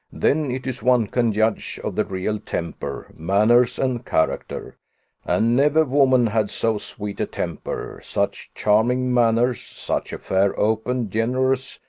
then it is one can judge of the real temper, manners, and character and never woman had so sweet a temper, such charming manners, such a fair, open, generous,